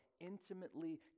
intimately